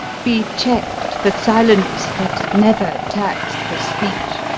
be check'd for silence, but never tax'd for speech.